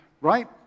right